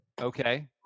Okay